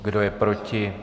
Kdo je proti?